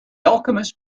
alchemist